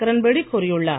கிரண் பேடி கூறியுள்ளார்